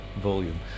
volume